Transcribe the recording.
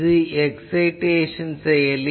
இது எக்சைடேசன் செயலி